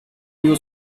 you